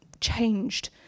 changed